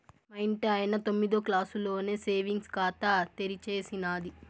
మా ఇంటాయన తొమ్మిదో క్లాసులోనే సేవింగ్స్ ఖాతా తెరిచేసినాది